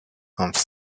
arms